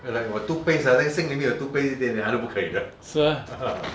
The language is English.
like 我的 toothpaste ah then sink 里面有 toothpaste 一点点她就不可以 ah